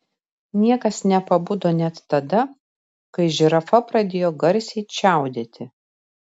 niekas nepabudo net tada kai žirafa pradėjo garsiai čiaudėti